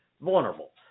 vulnerable